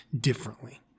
differently